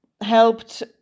helped